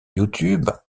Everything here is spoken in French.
youtube